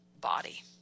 body